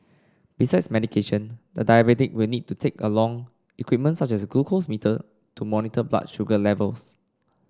besides medication the diabetic will need to take along equipment such as glucose meter to monitor blood sugar levels